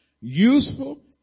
useful